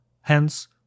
Hence